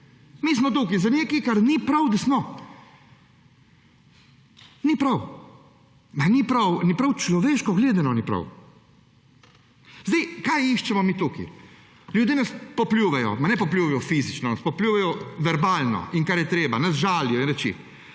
Mi smo tukaj za nekaj, kar ni prav, da smo. Ni prav. Ni prav, človeško gledano ni prav. Zdaj, kaj iščemo mi tukaj? Ljudje nas popljuvajo, ne popljuvajo fizično, popljuvajo verbalno in kar je treba, nas žalijo in te